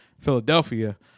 Philadelphia